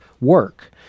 work